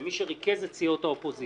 שמי שריכז את סיעות האופוזיציה,